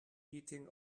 heating